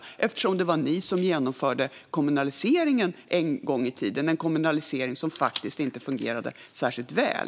Det var ju ni som genomförde kommunaliseringen en gång i tiden. Och det var en kommunalisering som faktiskt inte fungerade särskilt väl.